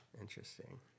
Interesting